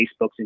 Facebooks